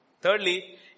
Thirdly